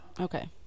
okay